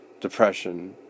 depression